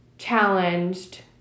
challenged